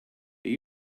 they